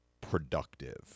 productive